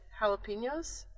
jalapenos